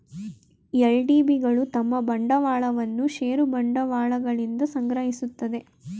LDB ಗಳು ತಮ್ಮ ಬಂಡವಾಳವನ್ನು ಷೇರು ಬಂಡವಾಳಗಳಿಂದ ಸಂಗ್ರಹಿಸುತ್ತದೆ